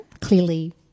Clearly